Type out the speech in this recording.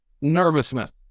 nervousness